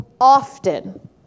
often